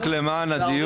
רק למען הדיוק,